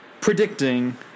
predicting